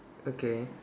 okay